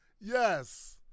yes